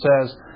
says